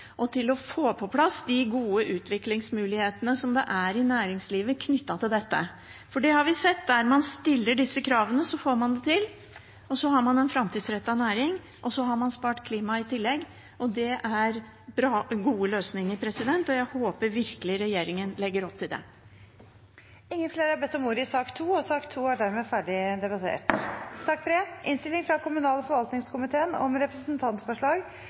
og til å få på plass de gode utviklingsmulighetene som er i næringslivet knyttet til dette. For det har vi sett, at der man stiller disse kravene, får man det til, og så har man en framtidsrettet næring, og så har man spart klimaet i tillegg. Det er gode løsninger, og jeg håper virkelig regjeringen legger opp til det. Flere har ikke bedt om ordet til sak nr. 2. Etter ønske fra kommunal- og forvaltningskomiteen vil presidenten foreslå at taletiden blir begrenset til 3 minutter til hver partigruppe og